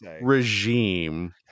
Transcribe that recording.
regime